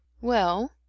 Well